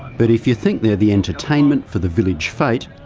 but if you think they're the entertainment for the village fete,